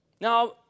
Now